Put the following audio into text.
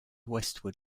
westward